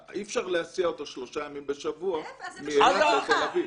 אי-אפשר להסיע אותו שלושה ימים בשבוע מאילת לתל אביב.